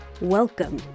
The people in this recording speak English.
Welcome